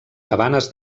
cabanes